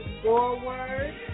forward